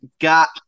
got